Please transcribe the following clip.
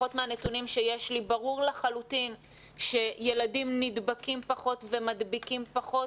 לפחות מהנתונים שיש לי ברור לחלוטין שילדים נדבקים פחות ומדביקים פחות,